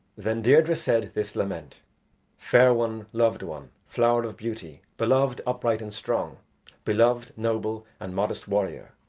then deirdre said this lament fair one, loved one, flower of beauty beloved, upright, and strong beloved, noble, and modest warrior.